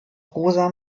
rosa